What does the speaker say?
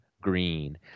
Green